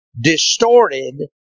distorted